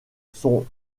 son